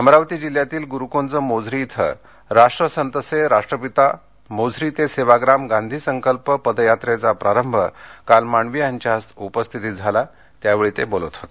अमरावती जिल्ह्यातील ग्रुकूंज मोझरी इथं राष्ट्रसंत से राष्ट्रपिता मोझरी ते सेवाग्राम गांधी संकल्प पदयात्रेचा प्रारंभ काल मांडवीय यांच्या उपस्थितीत झाला त्यावेळी ते बोलत होते